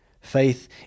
faith